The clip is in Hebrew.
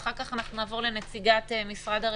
ואחר כך נעבור לנציגת משרד הרווחה,